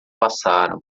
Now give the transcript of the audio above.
passaram